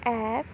F